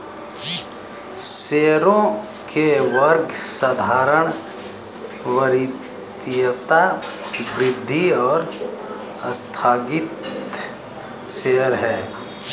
शेयरों के वर्ग साधारण, वरीयता, वृद्धि और आस्थगित शेयर हैं